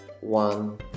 One